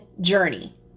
journey